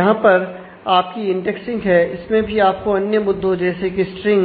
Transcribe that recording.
यहां पर आपकी इंडेक्सिंग है इसमें भी आपको अन्य मुद्दों जैसे कि स्ट्रिंग